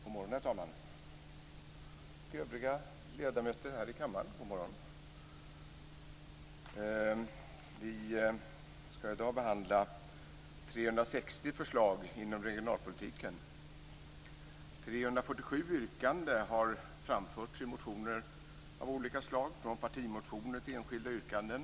Herr talman! God morgon! Och god morgon, övriga ledamöter här i kammaren! Vi skall i dag behandla 360 förslag inom regionalpolitiken. 347 yrkanden har framförts i motioner av olika slag, från partimotioner till enskilda yrkanden.